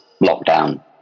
lockdown